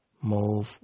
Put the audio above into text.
move